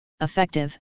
effective